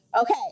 Okay